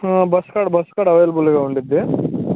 bus కూడా bus కూడా అవైలబుల్గా ఉంటుంది